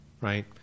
right